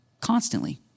constantly